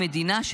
ומדינה,